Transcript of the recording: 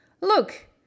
Look